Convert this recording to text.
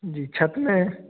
जी छत में